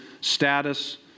status